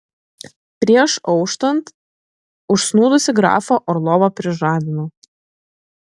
prieš auštant užsnūdusį grafą orlovą prižadino